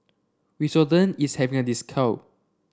Redoxon is having a discount